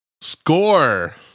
Score